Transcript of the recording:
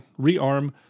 rearm